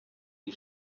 die